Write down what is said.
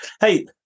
hey